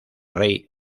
rey